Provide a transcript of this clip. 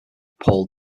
paul